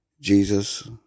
Jesus